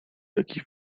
jakiś